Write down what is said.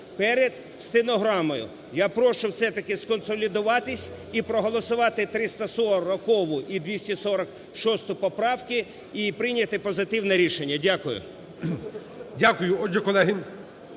перед стенограмою я прошу все-таки сконсолідуватися і проголосувати 340-у і 246-у поправки, і прийняти позитивне рішення. Дякую. Веде